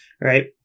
right